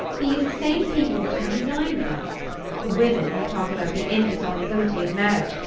these same people would come and dine with us the women who talk about the indissolubility of marriage,